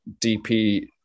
DP